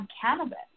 cannabis